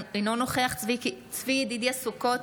אינו נוכח צבי ידידיה סוכות,